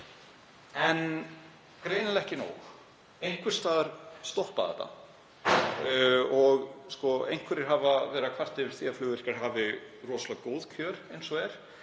En greinilega var það ekki nóg, einhvers staðar stoppaði þetta. Einhverjir hafa verið að kvarta yfir því að flugvirkjar hafi rosalega góð kjör eins og er.